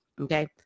Okay